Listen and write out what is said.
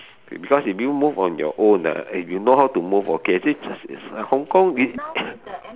be~ because if you move on your own ah if you know how to move okay actually Hong-Kong is